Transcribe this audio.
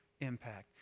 impact